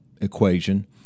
equation